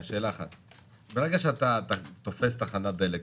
שאתה תופס תחנת דלק,